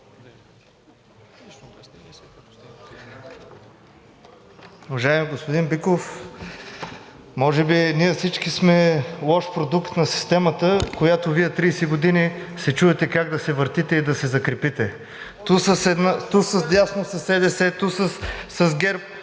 Уважаеми господин Биков, може би ние всички сме лош продукт на системата, която Вие 30 години се чудите как да се въртите и да се закрепите – ту с дясно – със СДС, ту с ГЕРБ,